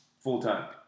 full-time